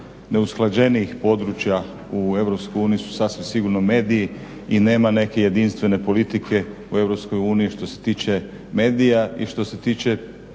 najneusklađenijih područja u EU su sasvim sigurno mediji i nema neke jedinstvene politike u EU što se tiče medija i što se tiče